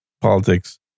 politics